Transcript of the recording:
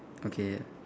okay